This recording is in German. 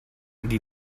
die